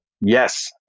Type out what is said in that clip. Yes